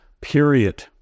period